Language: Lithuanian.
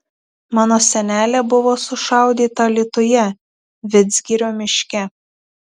mano senelė buvo sušaudyta alytuje vidzgirio miške